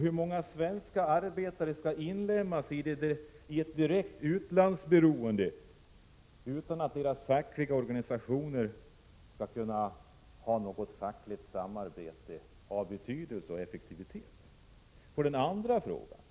Hur många svenska arbetare skall inlemmas i ett direkt utlandsberoende utan att deras fackliga organisationer skall kunna ha något samarbete som är av betydelse och som är effektivt? Min andra fråga svarade arbetsmarknadsministern egentligen inte alls på.